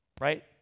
right